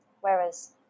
whereas